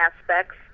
aspects